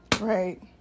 Right